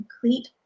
complete